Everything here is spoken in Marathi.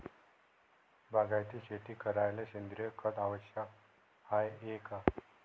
बागायती शेती करायले सेंद्रिय खत आवश्यक हाये का?